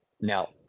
Now